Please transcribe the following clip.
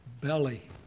belly